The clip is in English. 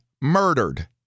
murdered